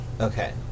Okay